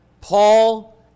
Paul